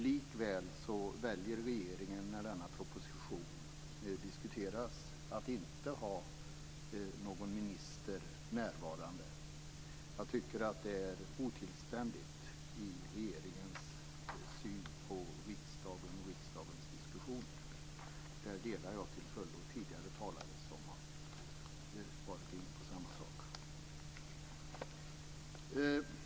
Likväl väljer regeringen att, när denna proposition diskuteras, inte ha någon minister närvarande här i kammaren. Jag tycker att det är en otillständig syn från regeringen på riksdagen och riksdagens diskussioner. Där instämmer jag till fullo med de talare som tidigare har varit inne på samma sak.